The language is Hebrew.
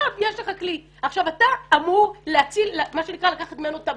יש לך כלי, אתה אמור לקחת ממנו את המיטב,